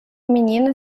menina